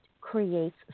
creates